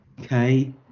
okay